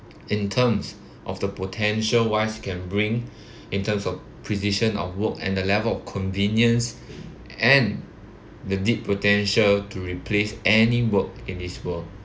in terms of the potential wise can bring in terms of precision of work and the level of convenience and the deep potential to replace any work in this world